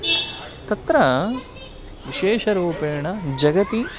तत्र विशेषरूपेण जगति